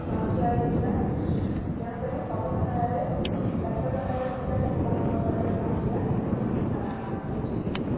ଠିଆ ହେଇଯାଇଥିଲା ତେଣୁକରି ସବୁ ସମୟରେ ଡାକ୍ତରଖାନାରେ ସୁବିଧା ଲୋକମାନଙ୍କ ପାଖରେ ପହଞ୍ଚିବା ଉଚିତ୍